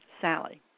Sally